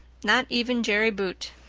not even jerry boute.